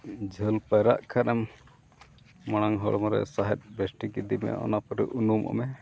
ᱡᱷᱟᱹᱞ ᱯᱟᱭᱨᱟᱜ ᱠᱷᱟᱱᱮᱢ ᱢᱟᱲᱟᱝ ᱦᱚᱲᱢᱚ ᱨᱮ ᱥᱟᱦᱮᱫ ᱵᱮᱥᱴᱷᱤ ᱤᱫᱤ ᱢᱮ ᱚᱱᱟ ᱯᱚᱨᱮ ᱩᱱᱩᱢᱚᱜ ᱢᱮ